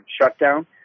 shutdown